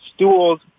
stools